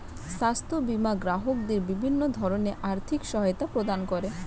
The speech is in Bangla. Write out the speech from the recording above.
স্বাস্থ্য বীমা গ্রাহকদের বিভিন্ন ধরনের আর্থিক সহায়তা প্রদান করে